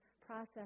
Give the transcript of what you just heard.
process